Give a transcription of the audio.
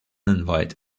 invite